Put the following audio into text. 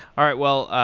all right. well,